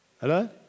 Hello